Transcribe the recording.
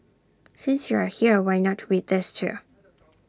since you are here why not read these too